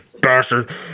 bastard